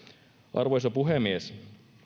arvoisa puhemies